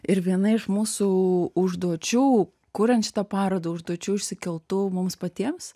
ir viena iš mūsų užduočių kuriant šitą parodą užduočių išsikeltų mums patiems